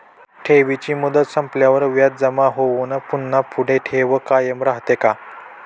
ठेवीची मुदत संपल्यावर व्याज जमा होऊन पुन्हा पुढे ठेव कायम राहते का?